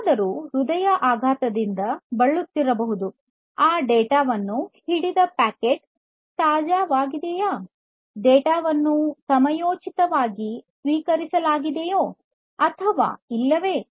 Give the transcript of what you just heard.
ಯಾರಾದರೂ ಹೃದಯಾಘಾತದಿಂದ ಬಳಲುತ್ತಿರಬಹುದು ಆ ಡೇಟಾವನ್ನು ಹಿಡಿದ ಪ್ಯಾಕೆಟ್ ತಾಜಾವಾಗಿದೆಯೇ ಡೇಟಾ ವನ್ನು ಸಮಯೋಚಿತವಾಗಿ ಸ್ವೀಕರಿಸಲಾಗಿದೆಯೆ ಅಥವಾ ಇಲ್ಲವೇ